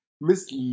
Miss